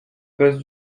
base